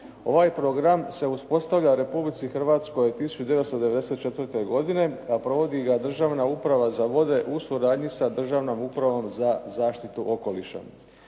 Ovaj program se uspostavlja u Republici Hrvatskoj 1994. godine, a provodi ga Državna uprava za vode u suradnji sa Državnom upravom za zaštitu okoliša.